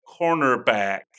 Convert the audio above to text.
cornerback